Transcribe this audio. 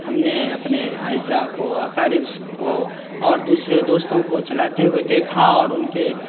ہم نے اپنے اعزہ کو اقارب کو اور دوسرے دوستوں کو چلاتے ہوئے دیکھا اور ان کے